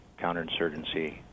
counterinsurgency